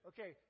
Okay